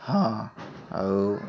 ହଁ ଆଉ